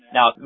Now